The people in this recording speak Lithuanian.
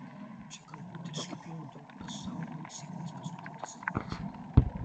čia galbūt ir slypėjo dior pasaulinės sėkmės paslaptis